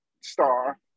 star